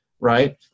right